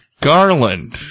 Garland